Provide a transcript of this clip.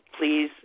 please